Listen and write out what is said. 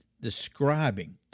describing